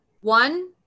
One